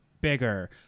bigger